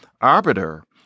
arbiter